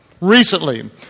recently